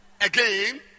Again